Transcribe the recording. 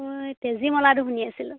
মই তেজী মলাটো শুনি আছিলোঁ